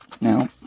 Now